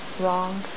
wrong